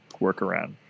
workaround